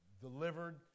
delivered